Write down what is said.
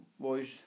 boys